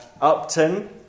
Upton